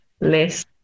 less